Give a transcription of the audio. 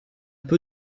peu